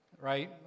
right